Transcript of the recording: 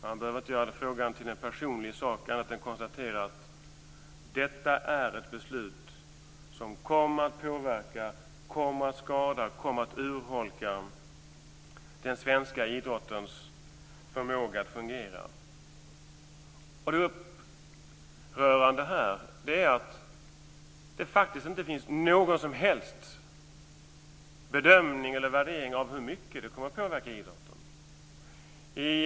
Man behöver inte göra frågan till en personlig sak annat än konstatera att detta är ett beslut som kommer att påverka, skada och urholka den svenska idrottens förmåga att fungera. Det upprörande här är att det faktiskt inte finns någon som helst bedömning eller värdering av hur mycket det kommer att påverka idrotten.